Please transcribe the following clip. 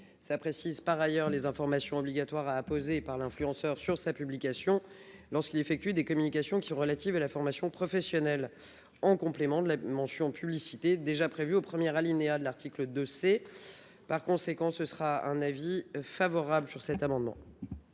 de préciser les informations obligatoires à apposer par l'influenceur sur sa publication lorsqu'il effectue des communications relatives à la formation professionnelle, en complément de la mention « publicité » déjà prévue au premier alinéa de l'article 2 C. Par conséquent, le Gouvernement émet un avis favorable. Je mets